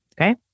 okay